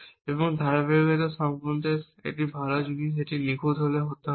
এবং এই ধারাবাহিকতা পরীক্ষা সম্পর্কে ভাল জিনিস এটি নিখুঁত হতে হবে না